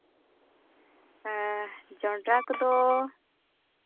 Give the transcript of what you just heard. ᱦᱮᱸ ᱡᱚᱱᱰᱨᱟ ᱠᱚᱫᱚ